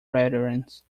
veterans